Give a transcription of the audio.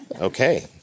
Okay